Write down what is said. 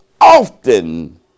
often